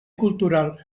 cultural